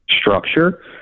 structure